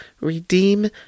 redeem